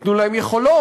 תנו להם יכולות,